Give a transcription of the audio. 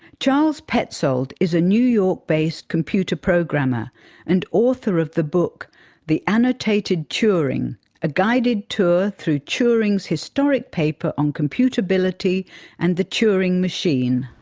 charles petzold is a new york-based computer programmer and author of the book the annotated turing a guided tour through alan turing's historic paper on computability and the turing machine.